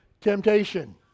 temptation